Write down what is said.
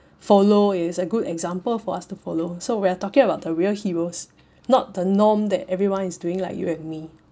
follow is a good example for us to follow so we're talking about the real heroes not the norm that everyone is doing like you and me